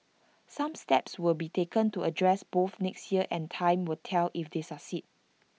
some steps will be taken to address both next year and time will tell if they succeed